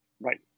Right